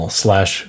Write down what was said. slash